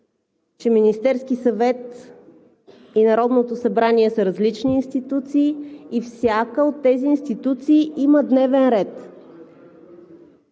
Министерският съвет и Народното събрание са различни институции и всяка от тези институции има дневен ред?